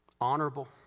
honorable